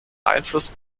einfluss